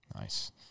Nice